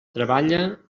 treballa